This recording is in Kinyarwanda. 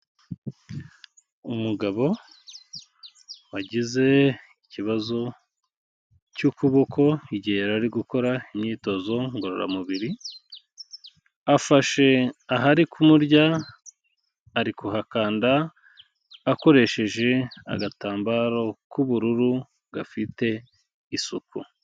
Umugabo wagize ikibazo cy'ukuboko igihe yari gukora imyitozo ngororamubiri, afashe ahari kumurya ari kuhakanda akoresheje agatambaro k'ubururu gafite isuku.